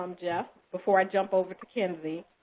um jeff, before i jump over to kenzie.